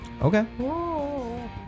Okay